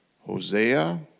Hosea